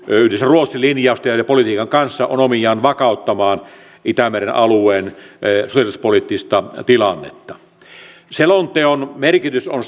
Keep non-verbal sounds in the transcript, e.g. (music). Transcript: ruotsi linjausten ja politiikan kanssa on omiaan vakauttamaan itämeren alueen sotilaspoliittista tilannetta selonteon merkitys on (unintelligible)